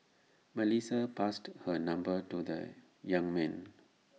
Melissa passed her number to the young man